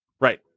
right